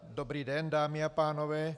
Dobrý den, dámy a pánové.